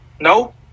No